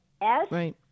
right